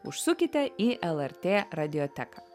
užsukite į lrt radioteką